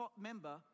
member